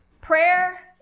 prayer